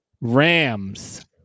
Rams